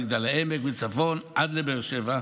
ומגדל העמק בצפון ועד לבאר שבע,